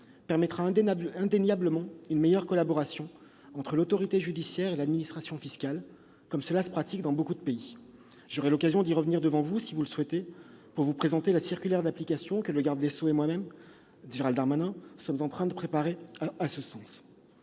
permettra indéniablement une meilleure collaboration entre l'autorité judiciaire et l'administration fiscale, comme cela se pratique dans nombre de pays. J'aurai l'occasion de revenir sur ce sujet, si vous le souhaitez, pour vous présenter la circulaire d'application que la garde des sceaux, Gérald Darmanin et moi-même sommes en train de préparer. Je me